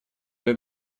для